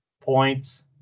points